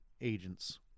agents